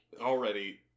Already